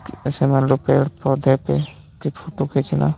कि जैसे मान लो पेड़ पौधे पे की फोटो खींचना